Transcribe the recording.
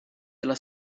della